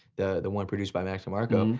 the the one produced by mac demarco,